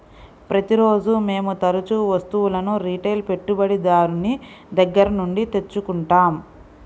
ప్రతిరోజూ మేము తరుచూ వస్తువులను రిటైల్ పెట్టుబడిదారుని దగ్గర నుండి తెచ్చుకుంటాం